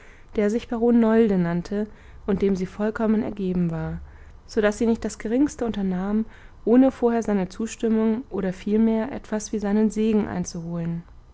der sich baron nolde nannte und dem sie vollkommen ergeben war so daß sie nicht das geringste unternahm ohne vorher seine zustimmung oder vielmehr etwas wie seinen segen einzuholen